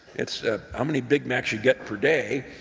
it's ah how many big macs you get per day.